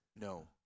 No